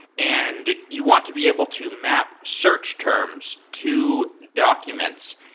and you want to be able to map search terms to documents.